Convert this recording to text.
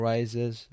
Rises